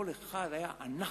כל אחד היה ענק.